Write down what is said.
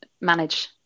manage